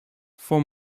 for